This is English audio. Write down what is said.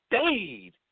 stayed